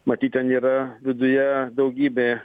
matyt ten yra viduje daugybė